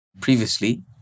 Previously